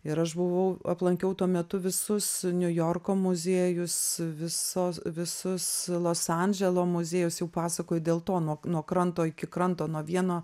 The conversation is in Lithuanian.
ir aš buvau aplankiau tuo metu visus niujorko muziejus viso visus los andželo muziejus jau pasakoju dėl to nuo nuo kranto iki kranto nuo vieno